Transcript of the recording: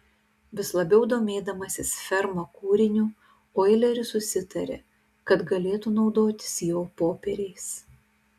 vis labiau domėdamasis ferma kūriniu oileris susitarė kad galėtų naudotis jo popieriais